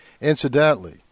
Incidentally